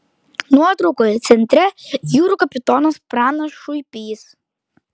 nuotraukoje centre jūrų kapitonas pranas šuipys